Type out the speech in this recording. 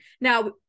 Now